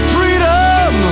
Freedom